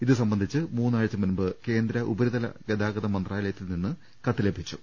ഇത് സംബന്ധിച്ച് മൂന്നാഴ്ച്ച മുൻപ് കേന്ദ്ര ഉപരിതല ഗതാഗത മന്ത്രാലയ ത്തിൽ നിന്ന് കത്ത് ലഭിച്ചു